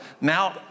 now